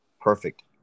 Perfect